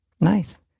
Nice